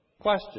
question